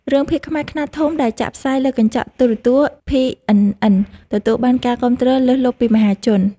រឿងភាគខ្មែរខ្នាតធំដែលចាក់ផ្សាយលើកញ្ចក់ទូរទស្សន៍ភីអិនអិនទទួលបានការគាំទ្រលើសលប់ពីមហាជន។